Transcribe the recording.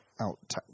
out